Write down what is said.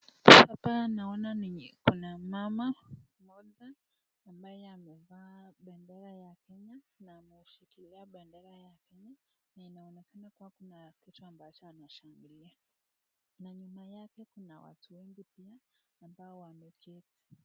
Hapa naona kuna mama mmoja ambaye amevaa bendera ya kenya na ameshikilia bendera ya kenya na inaonekana kuwa kuna picha ambazo anashikilia na nyuma yake kuna watu wengi pia ambao wameketi.